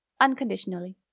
unconditionally